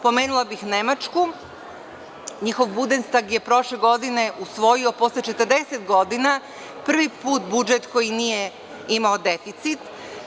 Pomenula bih Nemačku, njihov Budenstag je prošle godine usvojio posle 40 godina prvi put budžet koji nije imao deficit.